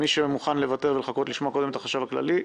מי שמוכן לוותר ולחכות כדי לשמוע קודם את החשב הכללי,